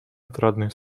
отрадные